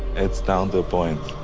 it's down to a point.